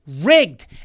rigged